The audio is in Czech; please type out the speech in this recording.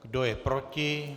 Kdo je proti?